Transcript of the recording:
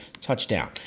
touchdown